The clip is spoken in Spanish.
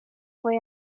fue